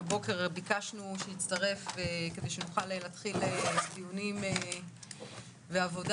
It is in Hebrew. ביקשנו שיצטרף כדי שנוכל להתחיל בדיונים ובעבודה